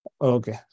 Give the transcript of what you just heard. Okay